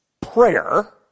prayer